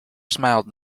smiled